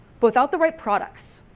but without the right products,